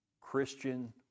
Christian